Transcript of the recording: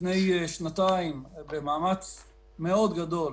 לפני שנתיים, במאמץ מאוד גדול,